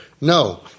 No